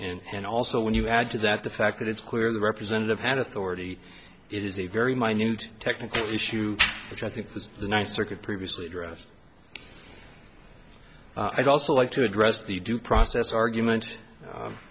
and also when you add to that the fact that it's clear the representative had authority is a very minute technical issue which i think the ninth circuit previously dress i'd also like to address the due process argument